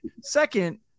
second